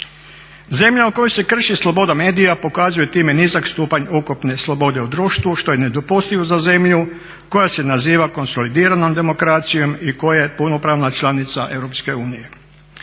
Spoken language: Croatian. Zemlja u kojoj se krši sloboda medija pokazuje time nizak stupanj ukupne slobode u društvu što je nedopustivo za zemlju koja se naziva konsolidiranom demokracijom i koja je punopravna članica EU.